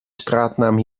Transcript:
straatnaam